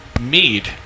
mead